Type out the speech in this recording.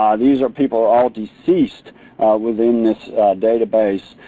these are people all deceased within this database.